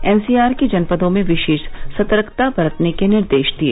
NCR के जनपदों में विशेष सतर्कता बरतने के निर्देश दिए